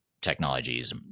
technologies